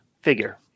figure